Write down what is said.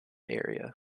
area